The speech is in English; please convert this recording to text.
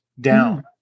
down